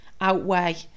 outweigh